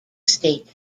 estate